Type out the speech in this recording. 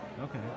Okay